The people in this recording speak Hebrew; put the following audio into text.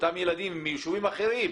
אותם ילדים מיישובים אחרים,